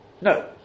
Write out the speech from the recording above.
No